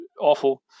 awful